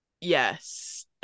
Yes